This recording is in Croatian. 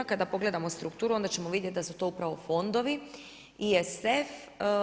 Kada pogledamo strukturu onda ćemo vidjeti da su to upravo fondovi ISF.